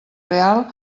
real